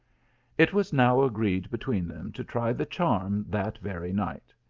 it was now agreed between them to try the charm that very night.